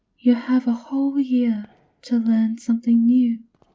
you have a whole year to learn something new.